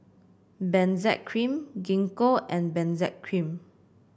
Benzac Cream Gingko and Benzac Cream